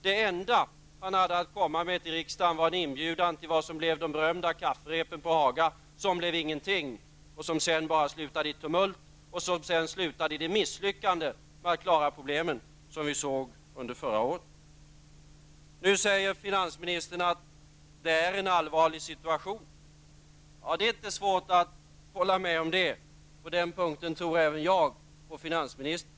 Det enda han hade att komma med till riksdagen var inbjudan till vad som blev de berömda kafferepen på Haga, som ledde till ingenting och som slutade i tumult och det misslyckande med att klara problemen som vi såg under förra året. Nu säger finansministern att situationen är allvarlig. Ja, det är inte svårt att hålla med om det. På den punkten tror även jag på finansministern.